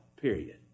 period